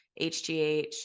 HGH